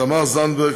תמר זנדברג,